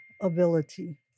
ability